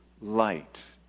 light